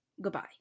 Goodbye